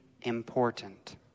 important